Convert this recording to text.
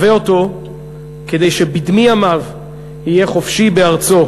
הבא אותו כדי שבשארית חייו יהיה חופשי בארצו,